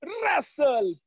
Wrestle